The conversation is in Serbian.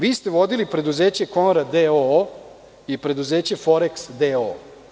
Vi ste vodili preduzeće „Komora“ doo i preduzeće „Foreks“ doo.